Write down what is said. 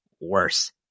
worse